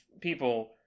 people